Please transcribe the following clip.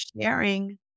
sharing